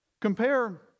Compare